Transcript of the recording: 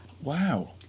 Wow